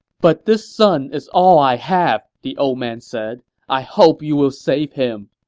but this son is all i have, the old man said. i hope you will save him!